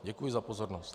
Děkuji za pozornost.